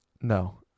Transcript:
No